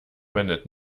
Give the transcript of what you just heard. wendet